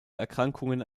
erkrankungen